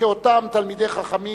כאותם תלמידי חכמים